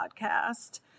podcast